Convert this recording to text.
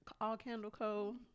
all-candle-co